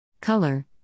Color